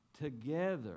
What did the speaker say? together